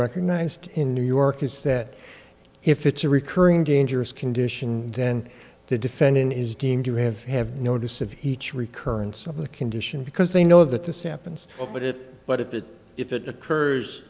recognized in new york is that if it's a recurring dangerous condition then the defendant is deemed to have have notice of each recurrence of the condition because they know that the stepan's of it but if it if it occurs